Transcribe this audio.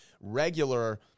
Regular